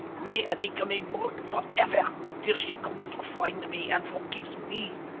may i become a brute for ever till she comes to find me and forgives me!